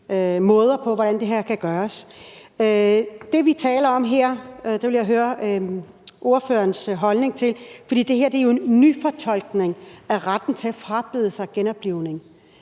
måder, hvorpå det her kan gøres. Det, vi taler om her, vil jeg høre ordførerens holdning til, for det er jo en nyfortolkning af retten til at frabede sig genoplivning.